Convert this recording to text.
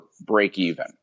break-even